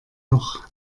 noch